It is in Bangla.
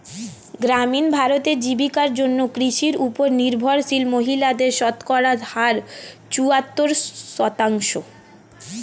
গ্রামীণ ভারতে, জীবিকার জন্য কৃষির উপর নির্ভরশীল মহিলাদের শতকরা হার চুয়াত্তর শতাংশ